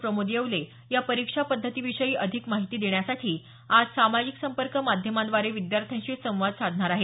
प्रमोद येवले या परीक्षा पद्धतीविषयी अधिक माहिती देण्यासाठी आज सामाजिक संपर्क माध्यमांद्वारे विद्याथ्यांशी संवाद साधणार आहेत